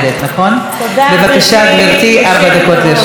בבקשה, גברתי, ארבע דקות לרשותך.